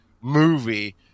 movie